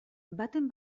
baten